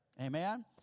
Amen